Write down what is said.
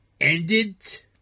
ended